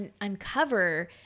uncover